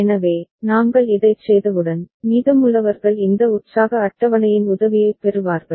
எனவே நாங்கள் இதைச் செய்தவுடன் மீதமுள்ளவர்கள் இந்த உற்சாக அட்டவணையின் உதவியைப் பெறுவார்கள்